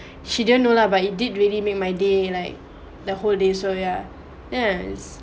she didn't know lah but it did really made my day like the whole day so yeah yes